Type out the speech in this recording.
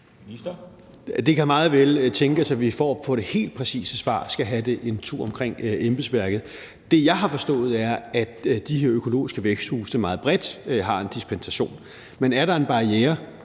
Det kan meget vel tænkes, at vi for at få det helt præcise svar skal have det en tur omkring embedsværket. Det, jeg har forstået, er, at de her økologiske væksthuse meget bredt har en dispensation, men er der en barriere,